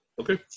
Okay